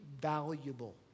valuable